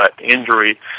injury